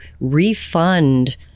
refund